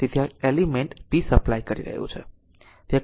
તેથી આ element p supply કરી રહ્યું છે